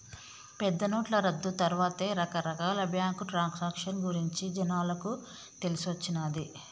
పెద్దనోట్ల రద్దు తర్వాతే రకరకాల బ్యేంకు ట్రాన్సాక్షన్ గురించి జనాలకు తెలిసొచ్చిన్నాది